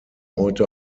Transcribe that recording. heute